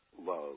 love